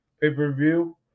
pay-per-view